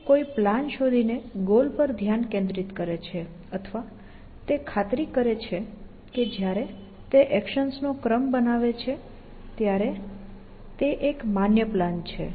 તે કોઈ પ્લાન શોધીને ગોલ પર ધ્યાન કેન્દ્રિત કરે છે અથવા તે ખાતરી કરે છે કે જ્યારે તે એક્શન્સનો ક્રમ બનાવે છે ત્યારે તે એક માન્ય પ્લાન છે